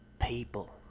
people